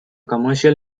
commercial